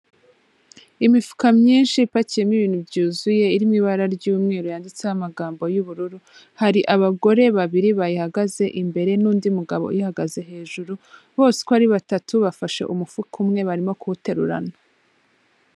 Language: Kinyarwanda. Imifuka myinshi ipakiyemo ibintu byuzuye, iri mu ibara ry'umweru yanditseho amagambo y'ubururu, hari abagore babiri bayihagaze imbere, n'undi mugabo uhagaze hejuru, bose uko ari batatu bafashe umufuka umwe barimo kuwuterurana.